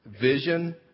vision